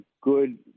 good